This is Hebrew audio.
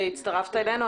שהצטרפת לדיון.